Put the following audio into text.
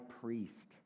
priest